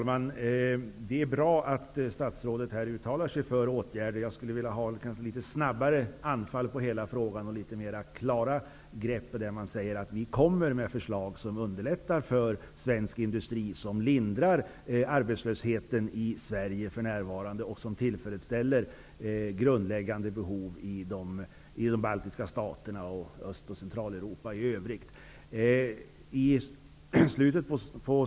Herr talman! Det är bra att statsrådet uttalar sig för att åtgärder skall vidtas. Jag skulle vilja ha litet snabbare anfall när det gäller hela frågan och litet mer klara grepp. Det kan t.ex. vara att regeringen säger att man skall komma med förslag som skall underlätta för svensk industri, lindra arbetslösheten i Sverige och tillfredsställa grundläggande behov i de baltiska staterna och Östoch Centraleuropa i övrigt.